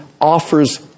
offers